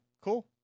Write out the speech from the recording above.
cool